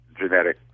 genetic